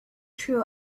true